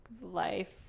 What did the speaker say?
life